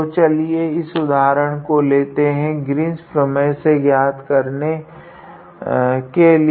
तो चलिए इस उदाहरण को लेते है ग्रीन्स प्रमेय से ज्ञात करने कके लिए